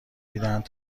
میدهند